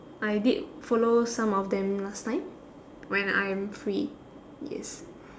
I did follow some of them last time when I am free yes